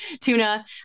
tuna